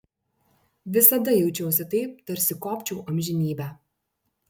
visada jaučiuosi taip tarsi kopčiau amžinybę